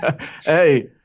Hey –